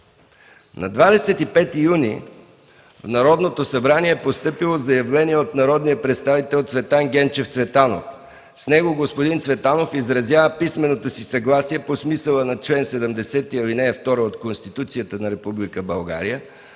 На 25 юни в Народното събрание е постъпило заявление от народния представител Цветан Генчев Цветанов. С него господин Цветанов изразява писменото си съгласие по смисъла на чл. 70, ал. 2 от Конституцията на Република